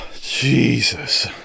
Jesus